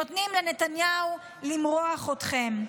נותנים לנתניהו למרוח אתכם.